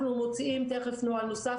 אנחנו מוציאים תכף נוהל נוסף,